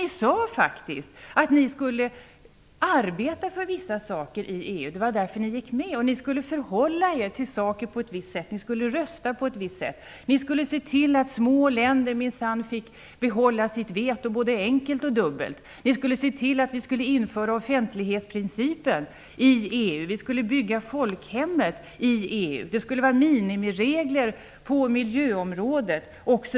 Ni sade faktiskt att ni skulle arbeta för vissa saker i EU - det var därför som vi gick med - och ni skulle förhålla er på ett visst sätt, ni skulle rösta på ett visst sätt, ni skulle minsann se till att små länder fick behålla sitt både dubbla och enkla veto, ni skulle se till att offentlighetsprincipen skulle införas i EU, ni skulle bygga folkhemmet i EU. Det skulle införas minimiregler på miljöområdet.